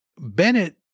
Bennett